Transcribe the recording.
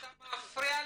אתה מפריע לי.